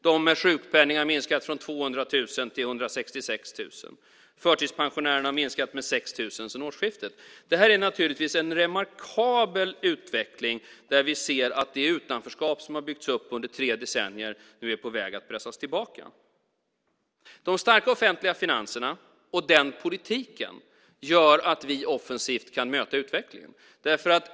De med sjukpenning har minskat från 200 000 till 166 000. Förtidspensionärerna har minskat med 6 000 sedan årsskiftet. Det är naturligtvis en remarkabel utveckling, där vi ser att det utanförskap som har byggts upp under tre decennier nu är på väg att pressas tillbaka. De starka offentliga finanserna och den politiken gör att vi offensivt kan möta utvecklingen.